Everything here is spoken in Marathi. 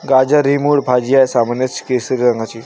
गाजर ही मूळ भाजी आहे, सामान्यत केशरी रंगाची